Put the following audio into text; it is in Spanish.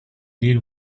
lil